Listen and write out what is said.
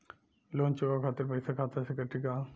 Loan चुकावे खातिर पईसा खाता से कटी का?